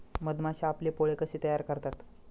मधमाश्या आपले पोळे कसे तयार करतात?